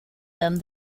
them